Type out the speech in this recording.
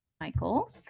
Michael